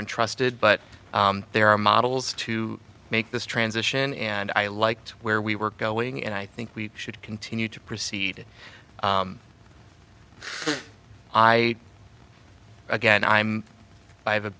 interested but there are models to make this transition and i liked where we were going and i think we should continue to proceed i again i'm